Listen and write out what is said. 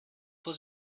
for